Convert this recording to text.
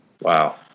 Wow